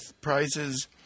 prizes